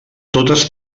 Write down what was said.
totes